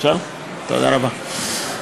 תודה רבה.